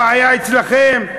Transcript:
הבעיה אצלכם,